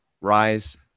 rise